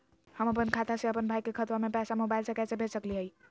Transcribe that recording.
हम अपन खाता से अपन भाई के खतवा में पैसा मोबाईल से कैसे भेज सकली हई?